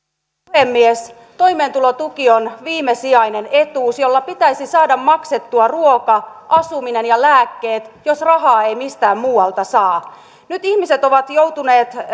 puhemies toimeentulotuki on viimesijainen etuus jolla pitäisi saada maksettua ruoka asuminen ja lääkkeet jos rahaa ei mistään muualta saa nyt ihmiset ovat joutuneet